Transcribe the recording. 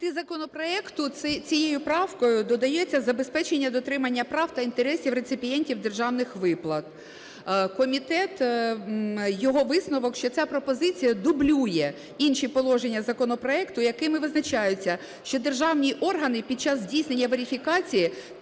законопроекту цією правкою додається забезпечення дотримання прав та інтересів реципієнтів державних виплат. Комітет, його висновок, що ця пропозиція дублює інші положення законопроекту, якими визначається, до державні органи під час здійснення верифікації